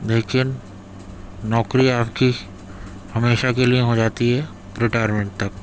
لیکن نوکری آپ کی ہمیشہ کے لیے ہو جاتی ہے ریٹائرمنٹ تک